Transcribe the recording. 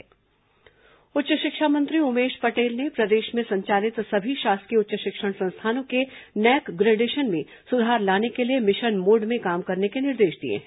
उच्च शिक्षा NAAC grading उच्च शिक्षा मंत्री उमेश पटेल ने प्रदेश में संचालित सभी शासकीय उच्च शिक्षण संस्थानों के नैक ग्रेडेशन में सुधार लाने के लिए मिशन मोड में काम करने के निर्देश दिए हैं